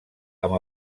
amb